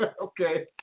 Okay